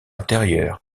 intérieurs